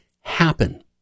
happen